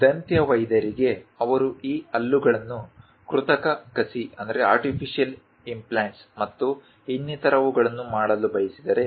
ದಂತವೈದ್ಯರಿಗೆ ಅವರು ಈ ಹಲ್ಲುಗಳನ್ನು ಕೃತಕ ಕಸಿ ಮತ್ತು ಇನ್ನಿತರವುಗಳನ್ನು ಮಾಡಲು ಬಯಸಿದರೆ